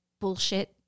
bullshit